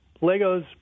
LEGO's